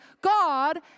God